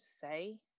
say